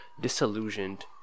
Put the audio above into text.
disillusioned